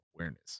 awareness